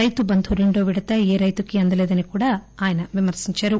రైతు బంధు రెండోవిడత ఏ రైతుకి అందలేని కూడా ఆయన విమర్పించారు